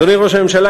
אדוני ראש הממשלה,